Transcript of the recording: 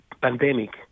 pandemic